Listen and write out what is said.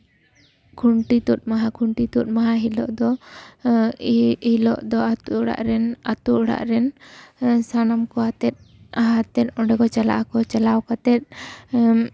ᱠᱷᱩᱱᱴᱤ ᱛᱩᱫ ᱢᱟᱦᱟ ᱠᱷᱩᱱᱴᱤ ᱛᱩᱫ ᱢᱟᱦᱟ ᱦᱤᱞᱳᱜ ᱫᱚ ᱮᱱ ᱦᱤᱞᱳᱜ ᱫᱚ ᱟᱛᱳ ᱚᱲᱟᱜ ᱨᱮᱱ ᱟᱛᱳ ᱚᱲᱟᱜ ᱨᱮᱱ ᱥᱟᱱᱟᱢ ᱠᱚ ᱟᱛᱮᱫ ᱚᱸᱰᱮ ᱠᱚ ᱪᱟᱞᱟᱜᱼᱟᱠᱚ ᱪᱟᱞᱟᱣ ᱠᱟᱛᱮ